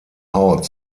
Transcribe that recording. haut